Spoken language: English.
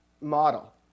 model